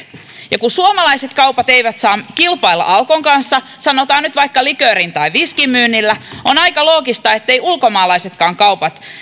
ja kun suomalaiset kaupat eivät saa kilpailla alkon kanssa sanotaan nyt vaikka liköörin tai viskin myynnillä on aika loogista etteivät ulkomaalaisetkaan kaupat